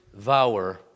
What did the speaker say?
vower